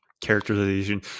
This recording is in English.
Characterization